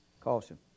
Caution